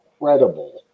incredible